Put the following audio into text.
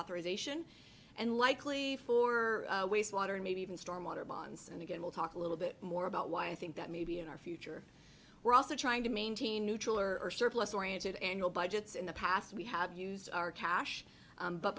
authorization and likely for wastewater and maybe even stormwater bonds and again we'll talk a little bit more about why i think that maybe in our future we're also trying to maintain neutral or surplus oriented annual budgets in the past we have used our cash